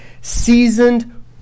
seasoned